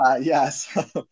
yes